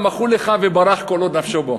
מחול לך, מחול לך, וברח כל עוד נפשו בו.